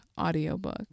audiobook